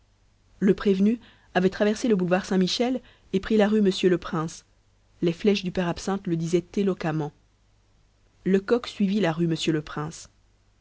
le prévenu avait traversé le boulevard saint-michel et pris la rue monsieur-le-prince les flèches du père absinthe le disaient éloquemment lecoq suivit la rue monsieur-le-prince